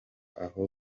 aho